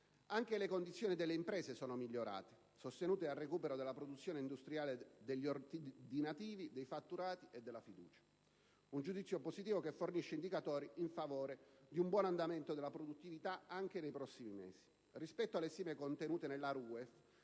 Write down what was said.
Anche le condizioni delle imprese sono migliorate, sostenute dal recupero della produzione industriale, degli ordinativi, dei fatturati e della fiducia. Si tratta di un giudizio positivo che fornisce indicatori in favore di un buon andamento della produttività anche nei prossimi mesi. Rispetto alle stime contenute nella